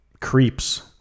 Creeps